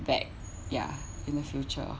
back ya in the future